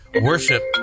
Worship